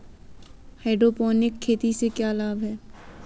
Hydroponic खेती से क्या लाभ हैं?